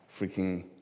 freaking